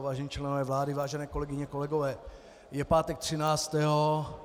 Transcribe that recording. Vážení členové vlády, vážené kolegyně, kolegové, je pátek třináctého.